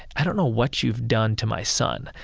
i don't know what you've done to my son.